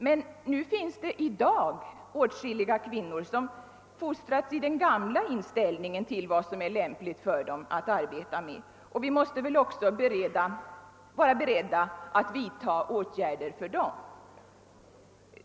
Men nu finns det i dag åtskilliga kvinnor som fostrats i den gamla inställningen till vad som är lämpligt för dem att arbeta med, och vi måste väl också vara beredda att vidta åtgärder för dem.